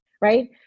right